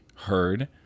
heard